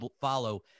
follow